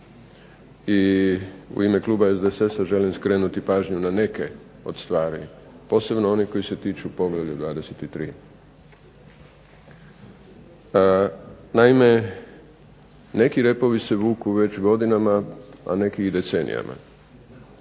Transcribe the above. I u ime kluba SDSS-a želim skrenuti pažnju na neke od stvari posebno onih koji se tiču poglavlja 23. Naime, neki repovi se vuku već godinama, a neki i decenijama.